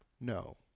No